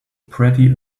pretty